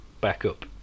backup